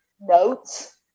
notes